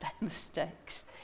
mistakes